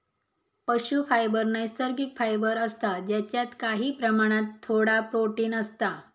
पशू फायबर नैसर्गिक फायबर असता जेच्यात काही प्रमाणात थोडा प्रोटिन असता